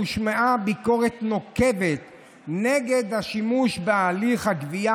הושמעה ביקורת נוקבת נגד השימוש בהליך הגבייה